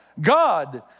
God